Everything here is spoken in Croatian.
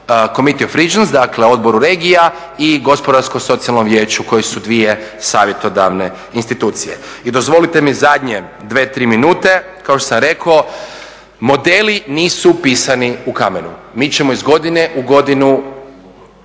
Committeeon oft he Regions dakle Odboru regija i Gospodarsko-socijalnom vijeću koje su dvije savjetodavne institucije. I dozvolite mi zadnje 2, 3 minute kao što sam rekao modeli nisu upisani u kamenu. Mi ćemo iz godine u godinu